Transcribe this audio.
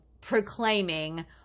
proclaiming